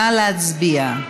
נא להצביע.